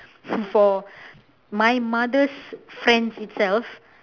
for my mother's friends itself